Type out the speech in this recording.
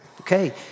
okay